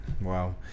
wow